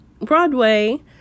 Broadway